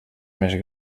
més